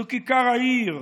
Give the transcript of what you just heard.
זו כיכר העיר,